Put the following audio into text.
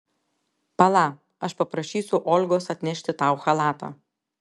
pala aš paprašysiu olgos atnešti tau chalatą